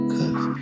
Cause